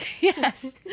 Yes